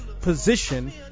position